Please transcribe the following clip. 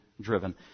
driven